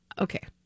okay